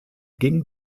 ging